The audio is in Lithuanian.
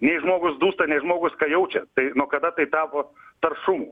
jei žmogus dūsta nes žmogus ką jaučia tai nuo kada tai tapo taršumu